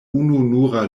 ununura